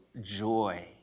joy